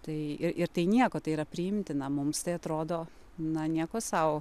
tai ir ir tai nieko tai yra priimtina mums tai atrodo na nieko sau